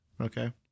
Okay